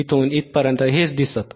इथून इथपर्यंत हेच दिसतं